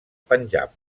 panjab